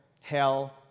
hell